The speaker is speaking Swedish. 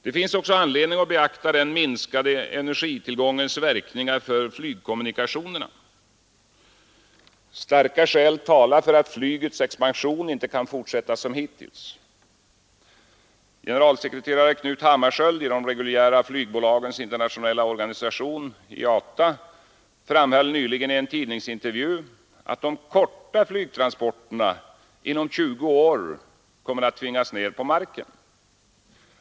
Det finns också anledning att beakta den minskande energitillgångens verkningar för flygkommunikationerna. Starka skäl talar för att flygets expansion inte kan fortsätta som hittills. Generalsekreterare Knut Hammarskjöld i de reguljära flygbolagens internationella organisation, IATA, framhöll nyligen i en tidningsintervju att de korta flygtransporterna inom tjugo år kommer att tvingas ner på marken.